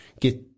get